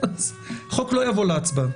אז החוק לא יבוא להצבעה.